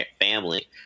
family